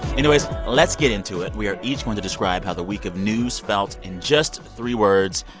anyways, let's get into it. we are each one to describe how the week of news felt in just three words.